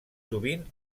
sovint